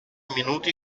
minuti